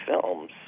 films